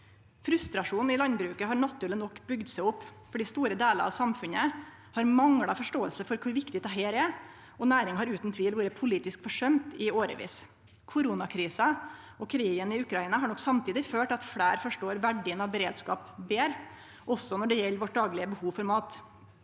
Frustrasjonen i landbruket har naturleg nok bygd seg opp, for store delar av samfunnet har mangla forståing for kor viktig dette er, og næringa har utan tvil vore politisk forsømt i årevis. Koronakrisa og krigen i Ukraina har nok samtidig ført til at fleire forstår verdien av beredskap betre, også når det gjeld vårt daglege behov for mat.